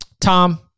Tom